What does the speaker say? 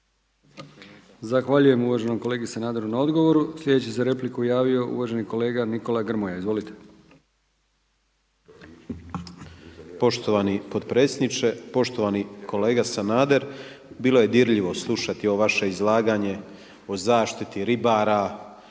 Zahvaljujem uvaženom kolegi Sanaderu na odgovoru. Sljedeći se za repliku javio uvaženi kolega Nikola Grmoja. Izvolite. **Grmoja, Nikola (MOST)** Poštovani potpredsjedniče, poštovani kolega Sanader. Bilo je dirljivo slušati ovo vaše izlaganje o zaštiti ribara